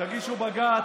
תגישו בג"ץ,